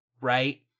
right